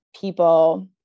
people